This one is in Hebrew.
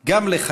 / גם לחייך,